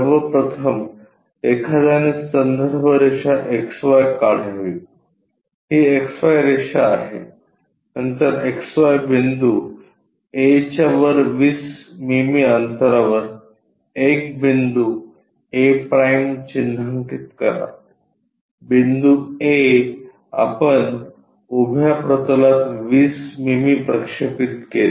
सर्वप्रथम एखाद्याने संदर्भ रेषा XY काढावी ही XY रेषा आहे नंतर XY बिंदू A च्या वर 20 मिमी अंतरावर एक बिंदू a' चिन्हांकित करा बिंदू a आपण उभ्या प्रतलात 20 मिमी प्रक्षेपित केला